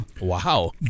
Wow